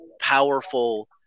powerful